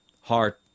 Heart